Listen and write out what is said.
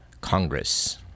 Congress